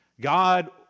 God